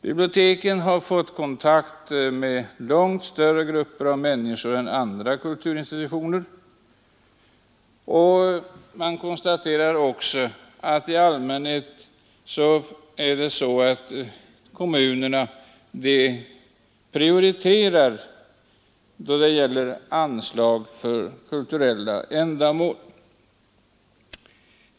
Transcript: Biblioteken har fått kontakt med långt större grupper av människor än andra kulturinstitutioner. Man konstaterar också att kommunerna prioriterar biblioteken då det gäller anslag för kulturella ändamål.